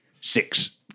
Six